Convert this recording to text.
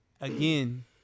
Again